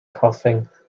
coughing